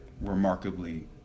remarkably